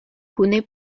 kune